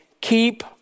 Keep